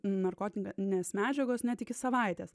narkotinės medžiagos net iki savaitės